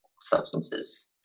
substances